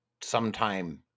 sometime